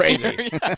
crazy